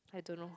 I don't know